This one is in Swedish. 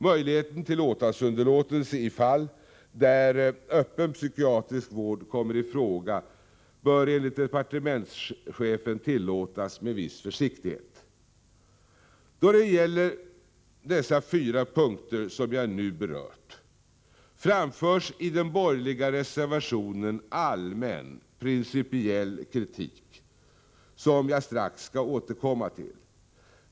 Möjligheten till åtalsunderlåtelse i fall där öppen psykiatrisk vård kommer i fråga bör enligt departementschefen tillåtas med viss försiktighet. Då det gäller de fyra punkter som jag nu berört framförs i den borgerliga reservationen allmän principiell kritik, som jag strax skall återkomma till.